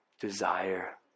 desire